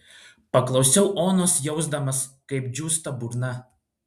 paklausiau onos jausdamas kaip džiūsta burna